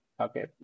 Okay